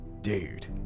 dude